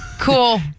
Cool